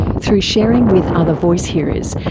through sharing with other voice-hearers,